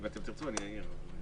אם תרצו אעיר.